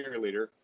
cheerleader